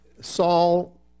Saul